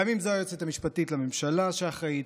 פעמים זו היועצת המשפטית לממשלה שאחראית,